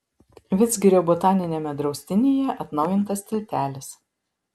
vidzgirio botaniniame draustinyje atnaujintas tiltelis